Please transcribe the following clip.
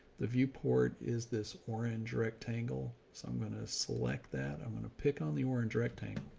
the viewport is this orange rectangle. so i'm going to select that. i'm going to pick on the orange rectangle.